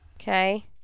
Okay